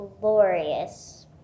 glorious